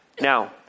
now